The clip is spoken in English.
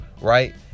right